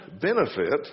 benefit